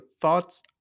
thoughts